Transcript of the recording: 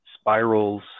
spirals